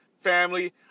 family